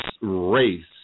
race